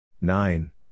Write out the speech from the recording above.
Nine